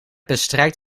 bestrijkt